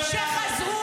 יש לכם